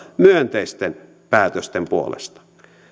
myönteisten päätösten puolesta